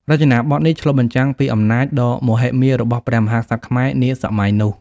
រចនាបថនេះឆ្លុះបញ្ចាំងពីអំណាចដ៏មហិមារបស់ព្រះមហាក្សត្រខ្មែរនាសម័យនោះ។